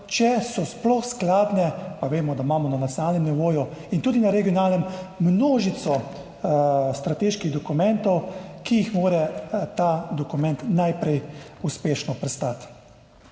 če so sploh skladne, pa vemo, da imamo na nacionalnem nivoju, in tudi na regionalnem, množico strateških dokumentov, ki jih mora ta dokument najprej uspešno prestati.